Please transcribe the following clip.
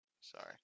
Sorry